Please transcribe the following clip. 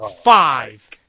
five